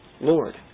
Lord